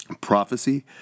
prophecy